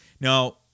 Now